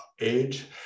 age